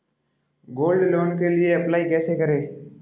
Gold loan के लिए कैसे अप्लाई करें?